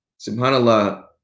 subhanAllah